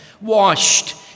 washed